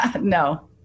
No